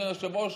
אדוני היושב-ראש,